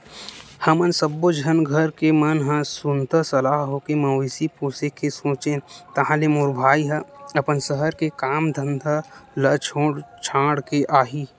हमन सब्बो झन घर के मन ह सुनता सलाह होके मवेशी पोसे के सोचेन ताहले मोर भाई ह अपन सहर के काम धंधा ल छोड़ छाड़ के आही